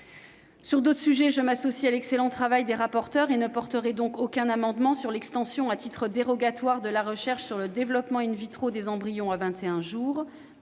Sur d'autres sujets, je m'associe à l'excellent travail des rapporteurs. Je ne défendrai donc aucun amendement sur l'extension à titre dérogatoire de la recherche sur le développement des embryons jusqu'à